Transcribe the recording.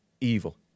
evil